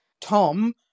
Tom